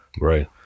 Right